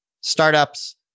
startups